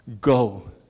Go